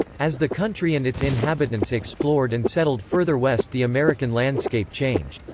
as the country and its inhabitants explored and settled further west the american landscape changed.